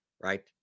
right